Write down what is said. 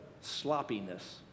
sloppiness